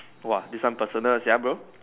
!wah! this one personal sia bro